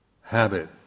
habit